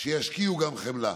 שישקיעו גם חמלה.